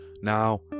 Now